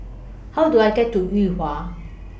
How Do I get to Yuhua